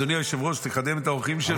אדוני היושב-ראש, תקדם את האורחים שלו.